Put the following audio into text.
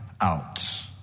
out